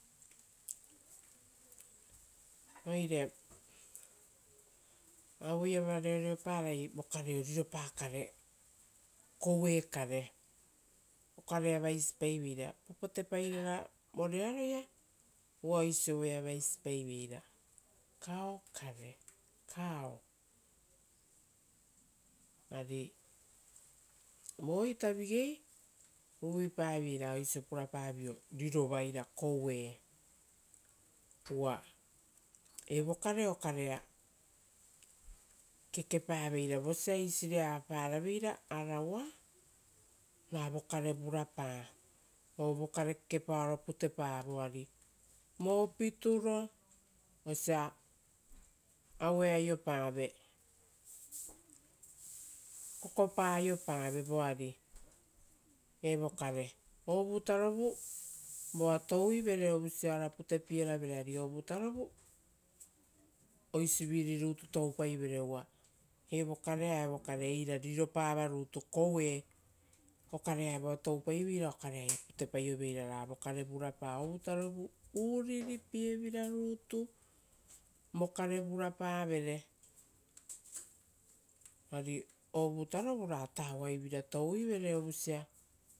Oire aueiava reoreoparai vokareo riropakare koue kare, okarea vaisi paiveira, popotepairara voreo aroia oisio voea vaisipaiveira cow kare or cow ari co ita vigei uvuipaviei ra oisio puravio rirova eira koue, uva evo kare okarea kekepaveira, vosia eisire avapara arawa ra vokare vurapa, o vokare kekepaoro putepa voari. Vo pituro osia aue aio pave kokopa aiopave voari evokare. Ovutarovu ra voa touivere osia ora putepieravere ari o vutarovu oisiviri rutu toupaivere. Uva evo kare a evokare eira riropava rutu koue okarea evoa toupaiveira okareaia putepaioveira ra vokare vurapa. Ovutarovu uriripie vira rutu, vokare vurapa vere ari o vutarovu ra tauaivira touivere ovusia